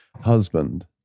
husband